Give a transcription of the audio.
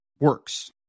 works